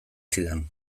zidan